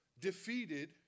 defeated